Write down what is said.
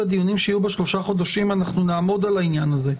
בדיונים שיהיו בשלושה החודשים אנחנו נעמוד על העניין הזה,